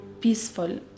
peaceful